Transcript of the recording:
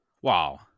Wow